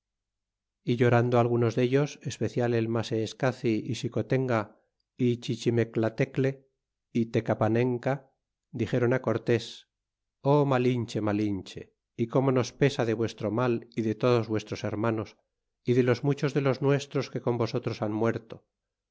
y llorando algunos ricitos especial el maseeseaci y xicotenga y chichimeclatecle y tecapanenca dixéron cortés o malinche malinche y como nos pesa de vuestro mal y de todos vuestros hermanos y de los muchos de los nuestros que con vosotros han muerto